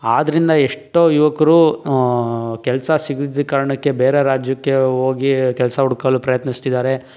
ಆದ್ದರಿಂದ ಎಷ್ಟೋ ಯುವಕರು ಕೆಲಸ ಸಿಗದಿದ್ದ ಕಾರಣಕ್ಕೆ ಬೇರೆ ರಾಜ್ಯಕ್ಕೆ ಹೋಗಿ ಕೆಲಸ ಹುಡ್ಕೊಳ್ಳೋಕ್ಕೆ ಪ್ರಯತ್ನಿಸ್ತಿದ್ದಾರೆ